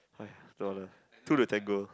oh ya dollar two to tango